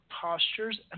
Postures